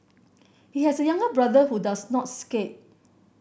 he has a younger brother who does not skate